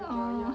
oh